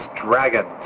dragons